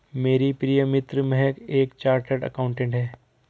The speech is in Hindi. मेरी प्रिय मित्र महक एक चार्टर्ड अकाउंटेंट है